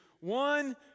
one